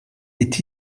est